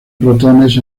protones